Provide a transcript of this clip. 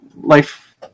life